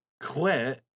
quit